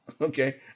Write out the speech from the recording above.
okay